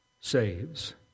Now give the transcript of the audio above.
saves